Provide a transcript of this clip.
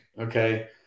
Okay